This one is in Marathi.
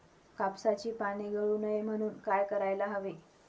कापसाची पाने गळू नये म्हणून काय करायला हवे?